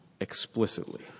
explicitly